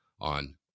on